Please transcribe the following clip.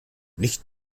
nicht